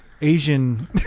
Asian